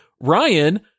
Ryan